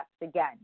again